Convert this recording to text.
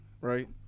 right